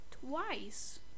twice